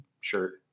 shirt